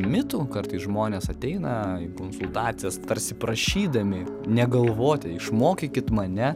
mitų kartais žmonės ateina į konsultacijas tarsi prašydami negalvoti išmokykit mane